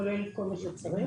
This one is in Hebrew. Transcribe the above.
כולל כל מה שצריך